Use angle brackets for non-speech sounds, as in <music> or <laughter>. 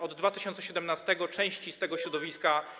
Od 2017 r. części z tego <noise> środowiska.